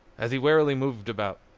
as he warily moved about,